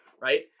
right